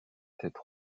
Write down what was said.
tête